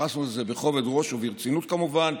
התייחסנו לזה בכובד ראש וברצינות כמובן,